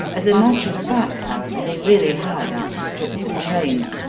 as a matter of fact, however, they really had outstripped the train,